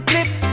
Clip